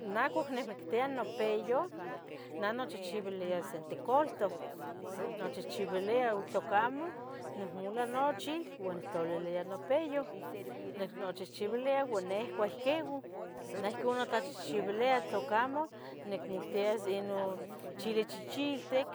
Naja nicmectia nopiyo, neh nochihchiuilia se tecaltoh, nochihchiuilia tlocamoh nicmola nochil uan nictlaliliya nopiyoh nicnochihchiuilia uan nicoua iquigo. Neh notlachihchiuilia tlacomoh nicmoltia sayeh inon chili chichiltic